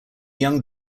young